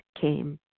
came